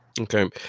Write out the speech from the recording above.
Okay